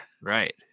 right